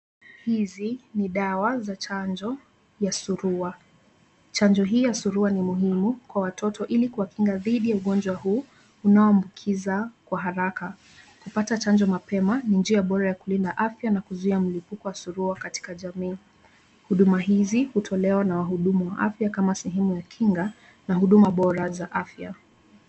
Hizi ni dawa za chanjo ya surua. Chanjo hii ya surua ni muhimu kwa watoto ili kukinga dhidi ya ugonjwa huu, unaoambukiza kwa haraka. Kupata chanjo mapema ni njia bora kulinda afya ya kulinda afya na kuzuia mlipuko wa surua katika jamii. Huduma hizi, hutolewa na wahudumu wa afya kama sehemu ya kinga na huduma bora za afya.